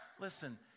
Listen